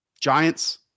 giants